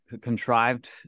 contrived